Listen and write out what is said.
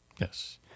yes